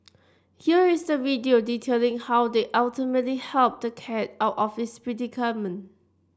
here is the video detailing how they ultimately helped the cat out of its predicament